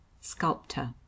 sculptor